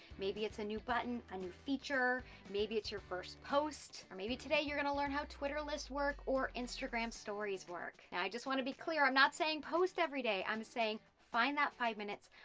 maybe it's a new button, a new feature. maybe it's your first post, or maybe today you're gonna learn how twitter list work, or instagram stories work. now i just wanna be clear. i'm not saying post every day. i'm saying find that five minutes,